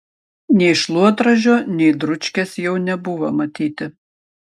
nei šluotražio nei dručkės jau nebuvo matyti